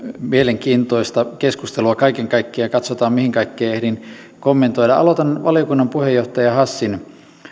mielenkiintoista keskustelua kaiken kaikkiaan ja katsotaan mihin kaikkeen ehdin kommentoida aloitan valiokunnan puheenjohtaja hassin